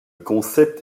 concept